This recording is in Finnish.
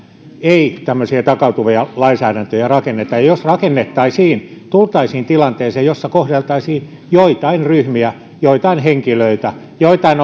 ei tämmöisiä takautuvia lainsäädäntöjä rakenneta ja jos rakennettaisiin tultaisiin tilanteeseen jossa kohdeltaisiin joitain ryhmiä joitain henkilöitä joitain